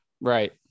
right